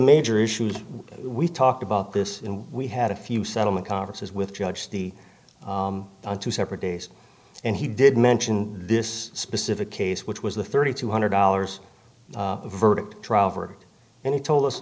major issues we talked about this and we had a few settlement converses with judge the on two separate days and he did mention this specific case which was the thirty two hundred dollars verdict driver and he told us